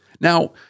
Now